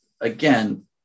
again